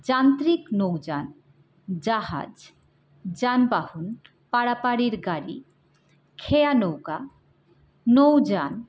যান্ত্রিক নৌজান জাহাজ যানবাহন পারাপাদের গাড়ি খেয়া নৌকা নৌজান